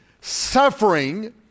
suffering